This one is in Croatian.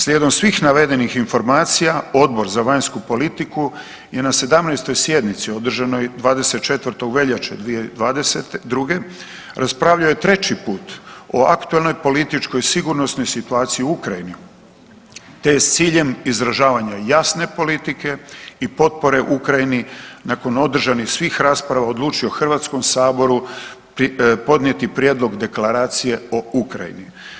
Slijedom svih navedenih informacija, Odbor za vanjsku politiku je na 17. sjednici održanoj 24. veljače 2022., raspravljao je 3. put o aktualnoj političkoj sigurnosnoj situaciji u Ukrajini te je s ciljem izražavanja jasne politike i potpore Ukrajini nakon održanih svih rasprava odlučio HS-u podnijeti Prijedlog Deklaracije o Ukrajini.